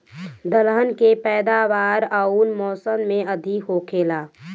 दलहन के पैदावार कउन मौसम में अधिक होखेला?